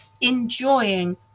enjoying